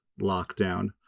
lockdown